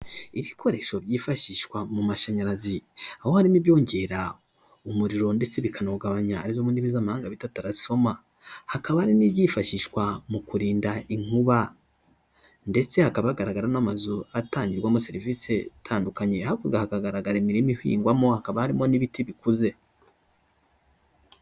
Ibikoresho byifashishwa mu mashanyarazi aho harimo ibyongera umuriro ndetse bikanawugabanya arizo mu ndimi z'amahanga bita taransifoma, hakaba n'ibyifashishwa mu kurinda inkuba, ndetse hakaba hagaragara n'amazu atangirwamo serivisi zitandukanye hakurya hakagaragara imirima ihingwamo hakaba harimo n'ibiti bikuze.